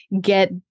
get